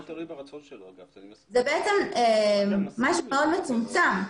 זה משהו מאוד מצומצם.